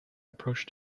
approached